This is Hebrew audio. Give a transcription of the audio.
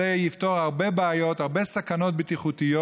זה יפתור הרבה בעיות, הרבה סכנות בטיחותיות,